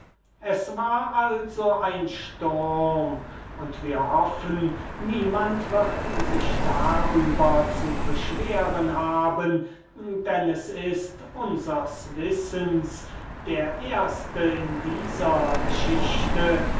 es war also ein sturm und sie haben sich nicht darüber zu beschweren meine herren denn es ist unsers wissens der erste in dieser geschichte